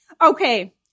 Okay